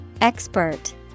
Expert